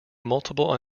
multiple